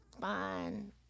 fine